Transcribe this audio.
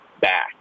back